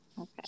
okay